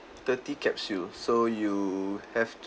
thirty capsules so you have to